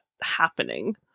happening